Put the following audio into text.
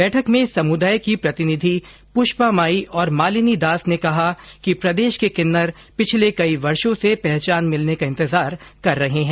बैठक में समुदाय की प्रतिनिधि पुष्पा माई और मालिनी दास ने कहा कि प्रदेश के किन्नर पिछले कई वर्षो से पहचान मिलने का इंतजार कर रहे है